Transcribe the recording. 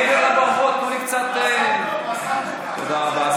תודה רבה.